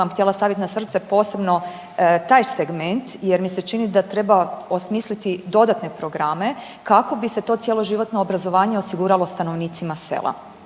htjela staviti na srce posebno taj segment jer mi se čini da treba osmisliti dodatne programe kako bi se to cjeloživotno obrazovanje osiguralo stanovnicima sela.